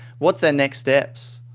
what's their next steps?